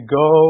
go